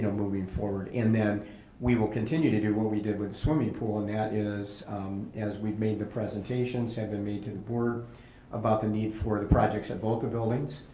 and moving forward and then we will continue to do what we did with the swimming pool and that is as we made the presentations, have been made to the board about the need for the projects at both the buildings.